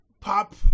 pop